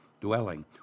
dwelling